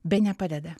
bene padeda